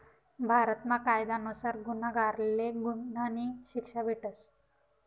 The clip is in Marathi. भारतमा कायदा नुसार गुन्हागारले गुन्हानी शिक्षा भेटस